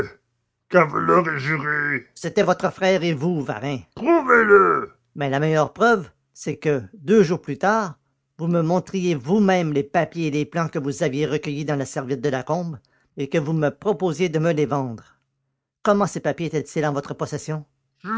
vous l'aurez juré c'était votre frère et vous varin prouvez-le mais la meilleure preuve c'est que deux jours plus tard vous me montriez vous-même les papiers et les plans que vous aviez recueillis dans la serviette de lacombe et que vous me proposiez de me les vendre comment ces papiers étaient-ils en votre possession